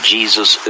Jesus